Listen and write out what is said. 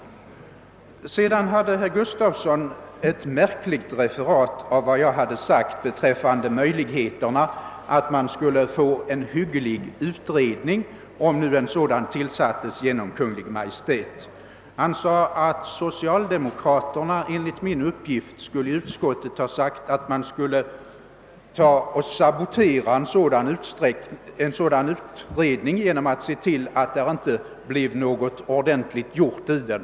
Sedan hade herr Gustafson i Göteborg ett märkligt referat av vad jag sagt beträffande möjligheterna att få en hygglig utredning, om nu en sådan tillsattes av Kungl. Maj:t. Han gjorde gällande att socialdemokraterna i utskottet enligt min uppgift sagt, att de skulle sabotera en sådan utredning genom att se till att det inte blev något ordentligt gjort i den.